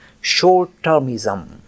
short-termism